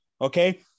okay